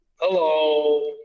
Hello